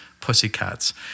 Pussycats